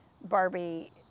Barbie